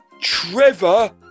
Trevor